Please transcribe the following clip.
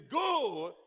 good